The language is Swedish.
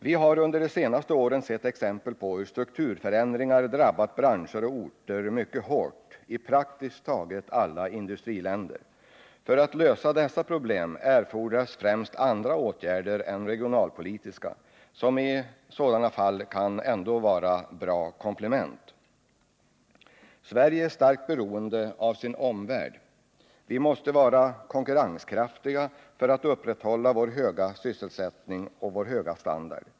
Vi har under de senaste åren sett exempel på hur strukturförändringar drabbat branscher och orter mycket hårt i praktiskt taget alla industriländer. För att lösa dessa problem erfordras främst andra åtgärder än regionalpolitiska, som i sådana fall ändå kan vara bra komplement. Sverige är starkt beroende av sin omvärld. Vi måste vara konkurrenskraftiga för att upprätthålla vår höga sysselsättning och vår höga standard.